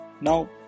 now